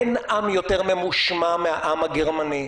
אין עם יותר ממושמע מהעם הגרמני,